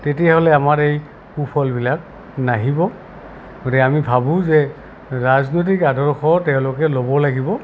তেতিয়াহ'লে আমাৰ এই সুফলবিলাক নাহিব গতিকে আমি ভাবোঁ যে ৰাজনৈতিক আদৰ্শ তেওঁলোকে ল'ব লাগিব